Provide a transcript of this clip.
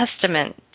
testament